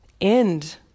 end